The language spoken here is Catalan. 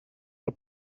pel